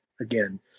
again